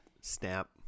snap